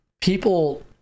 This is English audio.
people